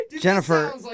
Jennifer